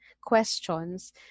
questions